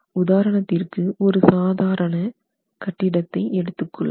உதாரணத்திற்கு ஒரு சாதாரண கட்டிடத்தை எடுத்துக் கொள்வோம்